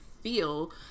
feel